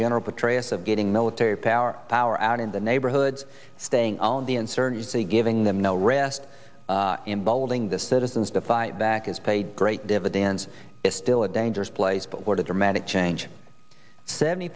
general petraeus of getting military power power out in the neighborhoods staying on the insurgency giving them no rest involving the citizens to fight back is paid great dividends it's still a dangerous place but what a dramatic change seventy